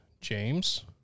james